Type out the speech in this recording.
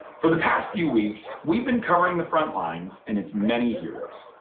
for the past few weeks we've been covering the front lines and its many heroes,